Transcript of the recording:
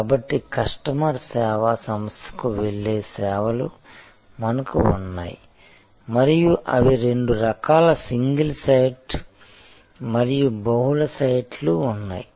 కాబట్టి కస్టమర్ సేవా సంస్థకు వెళ్ళే సేవలు మనకు ఉన్నాయి మరియు అవి రెండు రకాల సింగిల్ సైట్ మరియు బహుళ సైట్లు ఉన్నాయి